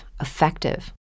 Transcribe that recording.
effective